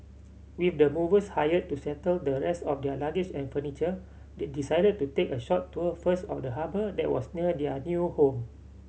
with the movers hired to settle the rest of their luggage and furniture they decided to take a short tour first of the harbour that was near their new home